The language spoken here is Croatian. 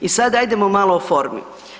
I sad ajdemo malo o formi.